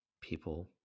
people